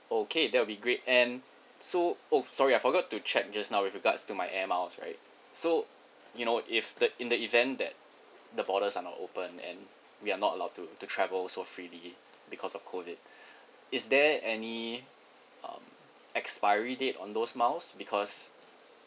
okay that will be great and so oh sorry I forgot to check just now with regards to my air miles right so you know if the in the event that the borders are not open and we are not allowed to to travel so freely because of COVID is there any um expiry date on those miles because